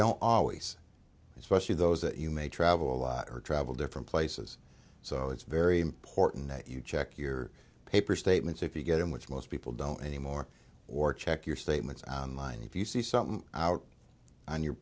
don't always especially those that you may travel a lot are travel different places so it's very important that you check your paper statements if you get them which most people don't anymore or check your statements on line if you see something out on your